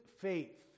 faith